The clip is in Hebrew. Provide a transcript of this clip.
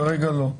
כרגע לא.